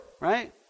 right